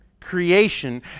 creation